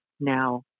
now